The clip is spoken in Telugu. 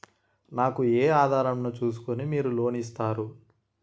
నాకు ఏ ఆధారం ను చూస్కుని మీరు లోన్ ఇస్తారు?